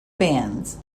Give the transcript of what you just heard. bands